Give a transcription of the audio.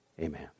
Amen